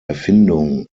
erfindung